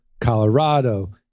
Colorado